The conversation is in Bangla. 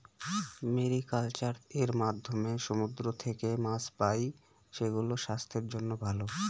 মেরিকালচার এর মাধ্যমে সমুদ্র থেকে মাছ পাই, সেগুলো স্বাস্থ্যের জন্য ভালো